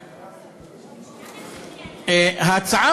ההצעה,